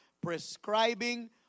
prescribing